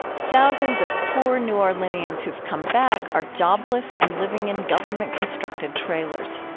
thousands of poor new orleanians who've come back are jobless and living in government-constructed trailers.